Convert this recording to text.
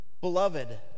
Beloved